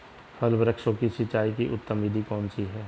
फल वृक्षों की सिंचाई की उत्तम विधि कौन सी है?